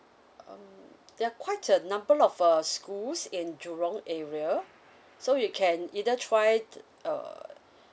um there are quite a number of uh schools in jurong area so you can either try uh